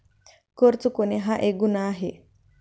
कर चुकवणे हा एक गुन्हा आहे